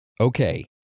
Okay